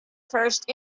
first